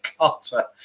Carter